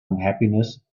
unhappiness